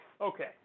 Okay